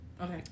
okay